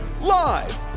Live